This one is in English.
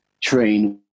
train